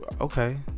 Okay